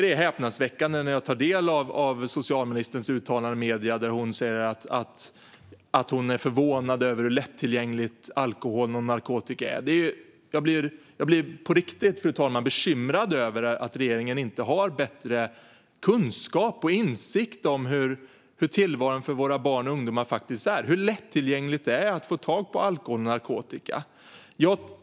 Det är häpnadsväckande att ta del av socialministerns uttalande i medierna om att hon är förvånad över hur lättillgängligt alkohol och narkotika är. Jag blir på riktigt bekymrad över att regeringen inte har bättre kunskap och insikt om våra barns och ungas verklighet och hur lätt det är att få tag på alkohol och narkotika.